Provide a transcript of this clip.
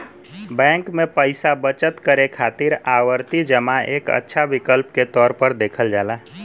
bank में पैसा बचत करे खातिर आवर्ती जमा एक अच्छा विकल्प के तौर पर देखल जाला